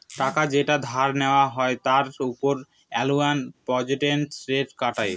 টাকা যেটা ধার নেওয়া হয় তার উপর অ্যানুয়াল পার্সেন্টেজ রেট কাটে